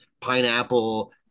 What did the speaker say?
pineapple